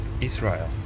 Israel